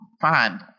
Fine